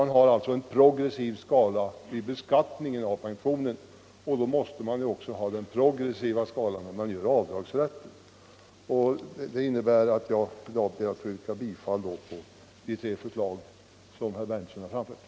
Vi har en progressiv skala vid beskattningen också av pensionen, och då måste vi också ha en progressiv skala i fråga om avdragsrätten. Det föranleder mig att yrka avslag på det förslag som herr Berndtson har framfört.